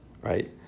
right